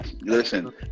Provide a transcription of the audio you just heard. Listen